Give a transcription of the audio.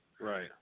Right